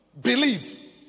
Believe